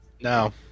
No